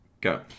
go